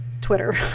Twitter